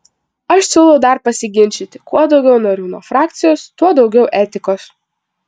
aš siūlau dar pasiginčyti kuo daugiau narių nuo frakcijos tuo daugiau etikos